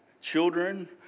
children